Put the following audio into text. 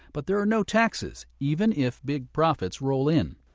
but there are no taxes, even if big profits roll in.